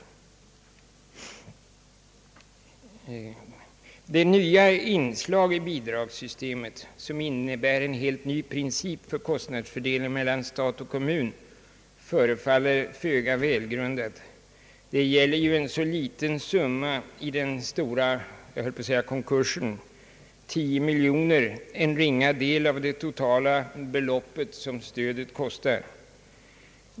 Det nya inslag i bidragssystemet, som innebär en helt ny princip för kostnadsfördelningen mellan stat och kommun, förefaller föga välgrundat. Det gäller ju en så liten summa i »den stora konkursen», nämligen 10 miljoner — en ringa del av det totala belopp som hela stödet kostar.